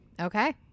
okay